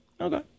Okay